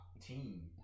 team